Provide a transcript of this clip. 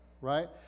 Right